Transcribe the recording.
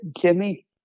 Jimmy